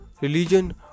religion